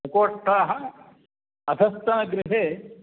प्रकोष्ठाः अधतस्तनगृहे